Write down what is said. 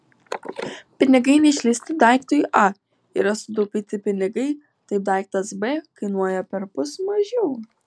pinigai neišleisti daiktui a yra sutaupyti pinigai taip daiktas b kainuoja perpus mažiau